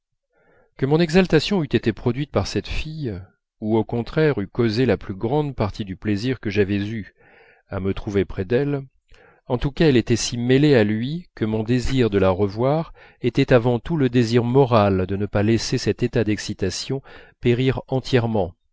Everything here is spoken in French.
que mon exaltation eût été produite par cette fille ou au contraire eût causé la plus grande partie du plaisir que j'avais eu à me trouver près d'elle en tous cas elle était si mêlée à lui que mon désir de la revoir était avant tout le désir moral de ne pas laisser cet état d'excitation périr entièrement